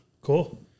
cool